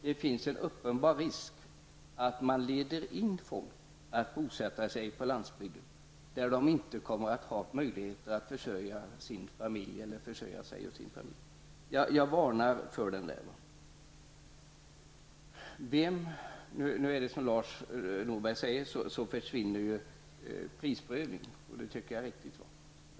Det finns nämligen en uppenbar risk att man så att säga leder in folk att bosätta sig på landslbygden där de inte kommer att ha möjlighet att försörja sig och sin familj. Jag varnar för det. Som Lars Norberg säger försvinner prisprövningen, vilket jag tycker är riktigt.